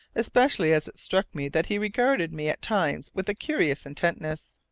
especially as it struck me that he regarded me at times with a curious intentness.